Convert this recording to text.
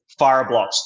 Fireblocks